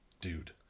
Dude